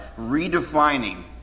redefining